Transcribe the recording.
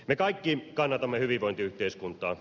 me kaikki kannatamme hyvinvointiyhteiskuntaa